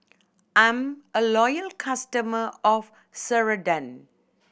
I'm a loyal customer of Ceradan